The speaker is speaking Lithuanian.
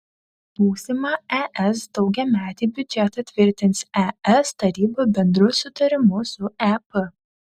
būsimą es daugiametį biudžetą tvirtins es taryba bendru sutarimu su ep